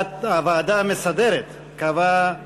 הוועדה המסדרת קבעה